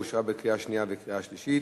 אושרה בקריאה שנייה ובקריאה שלישית